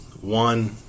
One